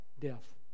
Death